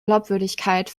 glaubwürdigkeit